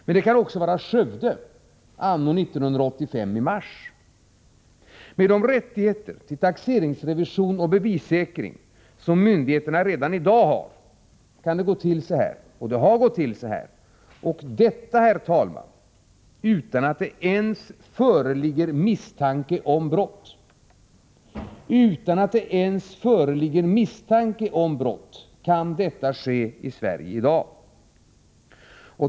Men det kan vara Skövde i mars anno 1985. Med de rättigheter till taxeringsrevision och bevissäkring som myndigheterna redan i dag har kan det gå till så här, och det har gått till så här. Detta, herr talman, utan att det ens föreligger misstanke om brott. Utan att det ens föreligger misstanke om brott kan detta ske i Sverige i dag.